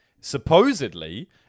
supposedly